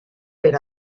per